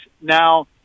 now